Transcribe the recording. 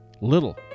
little